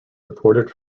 reported